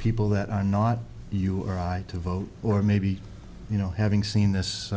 people that are not you are right to vote or maybe you know having seen this